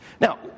Now